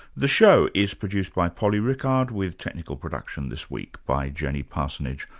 the show is produced by polly rickard, with technical production this week by jenny parsonage.